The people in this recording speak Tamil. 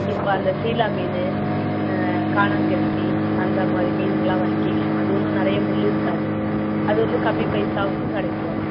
இப்போ அந்த சீலா மீன் கானாங்கெளுத்தி அந்த மாதிரி மீனுங்களா வாங்கிக்கோங்க அது ஒன்றும் நிறைய முள் இருக்காது அது வந்து கம்மி பைசாவுக்கும் கிடைக்கும்